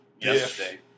yesterday